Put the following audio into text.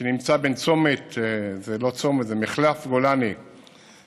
שנמצא בין צומת, זה לא צומת, זה מחלף, גולני במזרח